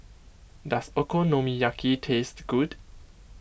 does Okonomiyaki taste good